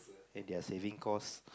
and they're saving cost